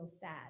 sad